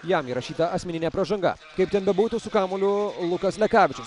jam įrašyta asmeninė pražanga kaip ten bebūtų su kamuoliu lukas lekavičius